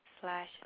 Slash